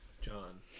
John